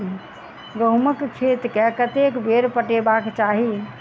गहुंमक खेत केँ कतेक बेर पटेबाक चाहि?